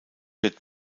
wird